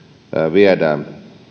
viedään